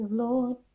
Lord